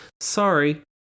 Sorry